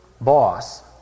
boss